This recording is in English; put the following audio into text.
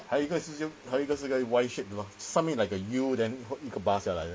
还有一个是就还有一个 Y-shaped 的 lor 上面 like a U then 一个 bar 下来的